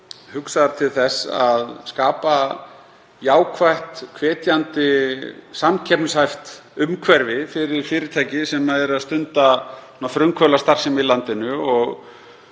hugsaðar til þess að skapa jákvætt, hvetjandi, samkeppnishæft umhverfi fyrir fyrirtæki sem stunda frumkvöðlastarfsemi í landinu.